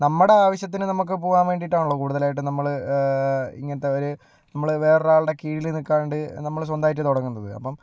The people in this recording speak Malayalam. നമ്മുടെ ആവിശ്യത്തിന് നമുക്ക് പോകാൻ വേണ്ടീട്ടാണ് കൂടുതലായിട്ടും നമ്മള് ഇങ്ങനത്തെ ഒരു നമ്മൾ വേറെ ഒരാളുടെ കീഴിൽ നിൽക്കാണ്ട് നമ്മുടെ സ്വന്തമായിട്ട് തുടങ്ങുന്നത് അപ്പം